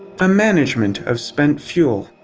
the management of spent fuel.